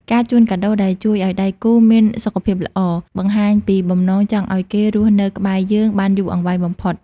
ការជូនកាដូដែលជួយឱ្យដៃគូមានសុខភាពល្អ បង្ហាញពីបំណងចង់ឱ្យគេរស់នៅក្បែរយើងបានយូរអង្វែងបំផុត។